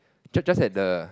just just had the